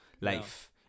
life